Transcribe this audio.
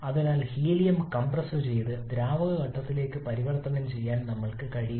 അതിനാൽ ഹീലിയം കംപ്രസ്സുചെയ്ത് ദ്രാവക ഘട്ടത്തിലേക്ക് പരിവർത്തനം ചെയ്യാൻ ഞങ്ങൾക്ക് കഴിയില്ല